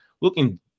looking